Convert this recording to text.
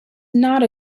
not